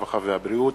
הרווחה והבריאות,